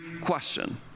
question